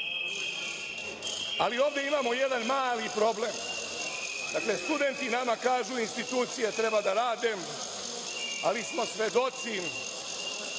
ovde imamo jedan mali problem. Dakle, studenti nama kažu - institucije treba da rade, ali smo svedoci da